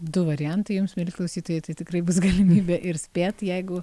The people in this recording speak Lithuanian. du variantai jums mieli klausytojai tai tikrai bus galimybė ir spėt jeigu